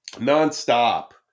Non-stop